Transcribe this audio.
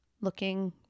looking